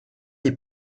est